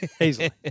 Easily